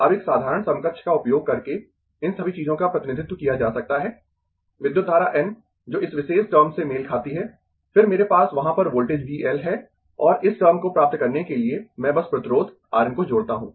अब एक साधारण समकक्ष का उपयोग करके इन सभी चीजों का प्रतिनिधित्व किया जा सकता है विद्युत धारा N जो इस विशेष टर्म से मेल खाती है फिर मेरे पास वहाँ पर वोल्टेज V L है और इस टर्म को प्राप्त करने के लिए मैं बस प्रतिरोध R N को जोड़ता हूं